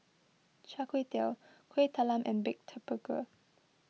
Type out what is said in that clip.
Char Kway Teow Kuih Talam and Baked Tapioca